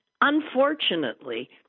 unfortunately